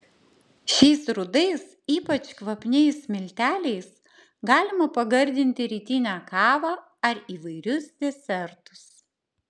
šiais rudais ypač kvapniais milteliais galima pagardinti rytinę kavą ar įvairius desertus